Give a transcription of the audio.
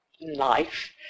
life